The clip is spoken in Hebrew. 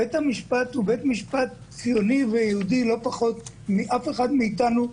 בית המשפט הוא בית משפט ציוני ויהודי לא פחות מאף אחד מאיתנו.